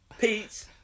Pete